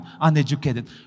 uneducated